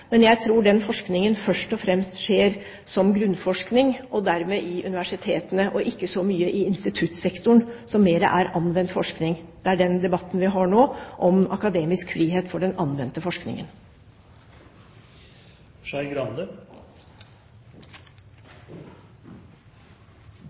men jeg tror den forskningen først og fremst skjer som grunnforskning og dermed i universitetene og ikke så mye i instituttsektoren, som mer er anvendt forskning. Det er den debatten vi har nå, om akademisk frihet for den anvendte forskningen.